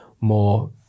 more